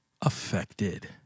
affected